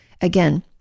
Again